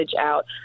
out